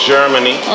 Germany